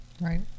Right